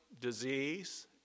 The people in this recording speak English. disease